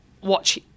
Watch